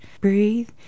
Breathe